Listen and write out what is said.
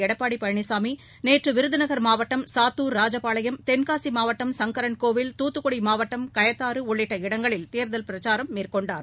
எடப்பாடி பழனிசாமி நேற்று விருதுநகர் மாவட்டம் சாத்தூர் ராஜபாளையம் தென்காசி மாவட்டம் சங்கரன் கோவில் தூத்துக்குடி மாவட்டம் கயத்தாறு உள்ளிட்ட இடங்களில் தேர்தல் பிரச்சாரம் மேற்கொண்டார்